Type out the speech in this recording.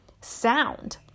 sound